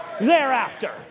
thereafter